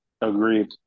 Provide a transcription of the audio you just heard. agreed